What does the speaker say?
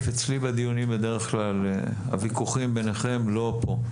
אצלי בדיונים בדרך כלל הוויכוחים ביניכם לא פה.